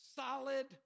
Solid